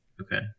Okay